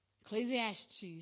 Ecclesiastes